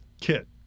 kit